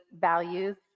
values